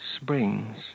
Springs